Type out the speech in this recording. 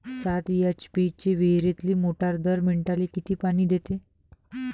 सात एच.पी ची विहिरीतली मोटार दर मिनटाले किती पानी देते?